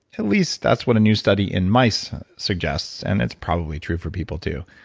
at least that's what a new study in mice suggests and it's probably true for people too.